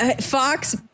Fox